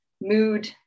mood